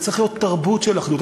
זה צריך להיות תרבות של אחדות.